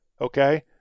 okay